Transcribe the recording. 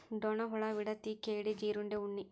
ಡೋಣ ಹುಳಾ, ವಿಡತಿ, ಕೇಡಿ, ಜೇರುಂಡೆ, ಉಣ್ಣಿ